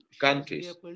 countries